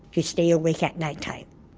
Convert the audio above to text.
to stay awake at nighttime.